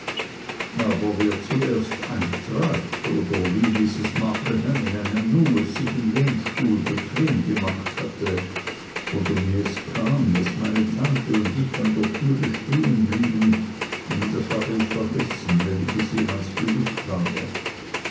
aber wer zuerst eintrat oder wie mrs markleham in einem nu es sich im lehnstuhl bequem gemacht hatte oder wie es kam daß meine tante und ich an der tür stehen blieben das habe ich vergessen wenn ich es jemals gewußt habe